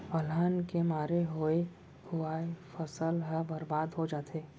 अलहन के मारे होवे हुवाए फसल ह बरबाद हो जाथे